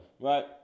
right